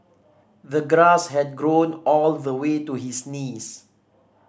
the grass had grown all the way to his knees